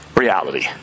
reality